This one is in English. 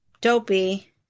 Dopey